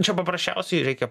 čia paprasčiausiai reikia